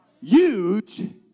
huge